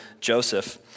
Joseph